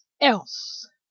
else